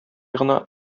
гына